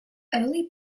early